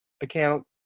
account